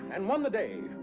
and won the day!